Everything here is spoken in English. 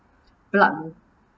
blood